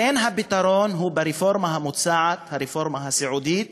לכן הפתרון הוא ברפורמה המוצעת, הרפורמה הסיעודית